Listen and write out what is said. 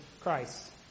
Christ